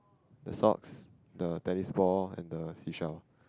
the socks the tennis ball and the seashell